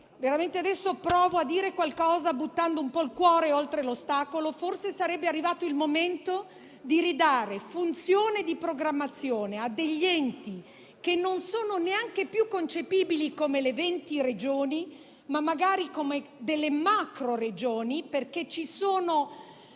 che - provo a dire qualcosa buttando un po' il cuore oltre l'ostacolo - è forse arrivato il momento di ridare funzione di programmazione a degli enti che non sono neanche più concepibili come le venti Regioni, ma - magari - come delle macro Regioni, visto che ci sono